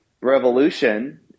revolution